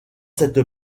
cette